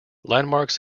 landmarks